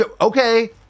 Okay